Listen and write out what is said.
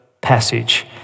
passage